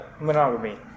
monogamy